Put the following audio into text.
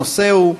הנושא הוא: